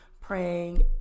praying